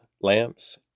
lamps